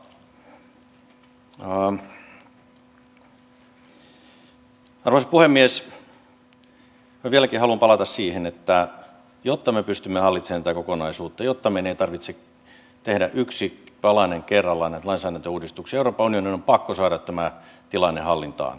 vieläkin haluan palata siihen että jotta me pystymme hallitsemaan tätä kokonaisuutta ja jotta meidän ei tarvitse tehdä yksi palanen kerrallaan näitä lainsäädäntöuudistuksia euroopan unionin on pakko saada tämä tilanne hallintaan